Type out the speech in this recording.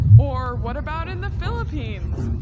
or what about in the philippines?